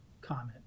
comment